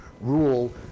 rule